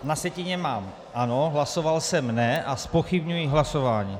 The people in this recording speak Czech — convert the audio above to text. Na sjetině mám ano, hlasoval jsem ne a zpochybňuji hlasování.